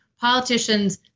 politicians